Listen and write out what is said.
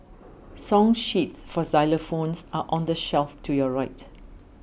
song sheets for xylophones are on the shelf to your right